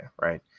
right